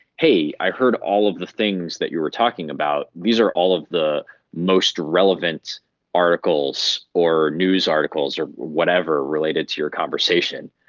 hey, i heard all of the things that you were talking about, these are all of the most relevant articles or news articles or whatever related to your conversation.